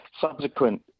subsequent